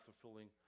fulfilling